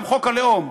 גם חוק הלאום,